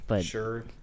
Sure